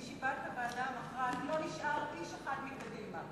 בישיבת הוועדה המכרעת, לא נשאר איש אחד מקדימה.